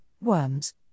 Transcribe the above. worms